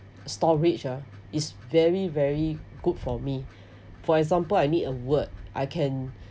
storage ah is very very good for me for example I need a word I can